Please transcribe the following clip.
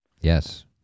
Yes